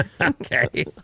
Okay